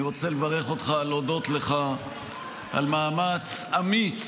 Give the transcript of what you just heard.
אני רוצה לברך אותך, להודות לך על מאמץ אמיץ